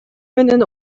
менен